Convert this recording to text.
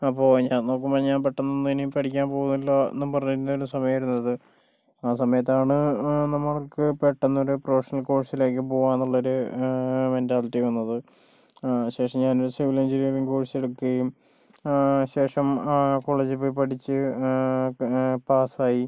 അപ്പോൾ ഞാൻ നോക്കുമ്പോൾ ഞാൻ പെട്ടെന്ന് ഇനി പഠിക്കാൻ പോകുന്നില്ല എന്ന് പറഞ്ഞിരുന്ന ഒരു സമയമായിരുന്നു അത് ആ സമയത്താണ് നമുക്ക് പെട്ടെന്ന് ഒരു പ്രൊഫഷണൽ കോഴ്സിലേക്ക് പോവാം എന്നുള്ള ഒരു മെന്റാലിറ്റി വന്നത് ശേഷം ഞാനൊരു സിവിൽ എൻജിനീയറിങ് കോഴ്സ് എടുക്കുകയും ശേഷം ആ കോളേജിൽ പോയി പഠിച്ച് പാസായി